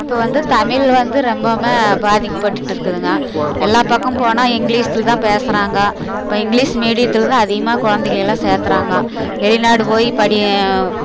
இப்போ வந்து தமிழ் வந்து ரொம்பவுமே பாதிக்கப்பட்டுவிட்டு இருக்குதுங்க எல்லா பக்கம் போனால் இங்கிலீஷ்த்தில் தான் பேசுகிறாங்க இப்போ இங்கிலீஷ் மீடியத்தில் தான் அதிகமாக குழந்தைகள் எல்லாம் சேர்த்துறாங்கோ வெளிநாடு போய் படி